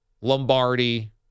Lombardi